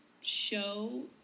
show